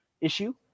issue